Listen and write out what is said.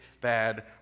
bad